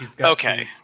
okay